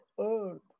earth